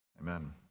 Amen